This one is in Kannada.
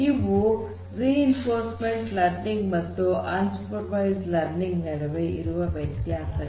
ಇವು ರಿಇನ್ಫೋರ್ಸ್ನಮೆಂಟ್ ಲರ್ನಿಂಗ್ ಮತ್ತು ಅನ್ ಸೂಪರ್ ವೈಸ್ಡ್ ಲರ್ನಿಂಗ್ ನಡುವೆ ಇರುವ ವ್ಯತ್ಯಾಸಗಳು